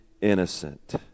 innocent